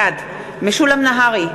בעד משולם נהרי,